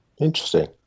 Interesting